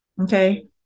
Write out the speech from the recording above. okay